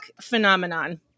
phenomenon